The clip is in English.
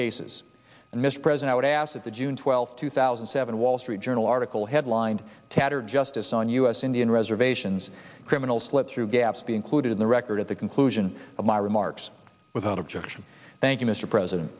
cases and mispresent i would ask at the june twelfth two thousand and seven wall street journal article headlined tatar justice on u s indian reservations criminals slip through gaps be included in the record at the conclusion of my remarks without objection thank you mr president